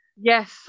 Yes